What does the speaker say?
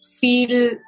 feel